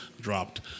dropped